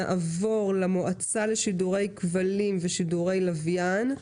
נעבור למועצה לשידורי כבלים ושידורי לוויין,